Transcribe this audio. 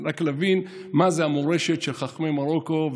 זה רק להבין מה זה המורשת של חכמי מרוקו,